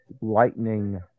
Lightning